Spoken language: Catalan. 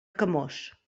camós